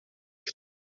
que